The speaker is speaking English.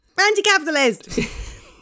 Anti-capitalist